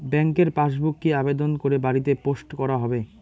ব্যাংকের পাসবুক কি আবেদন করে বাড়িতে পোস্ট করা হবে?